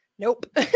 Nope